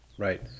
right